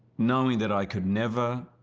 knowing that i could never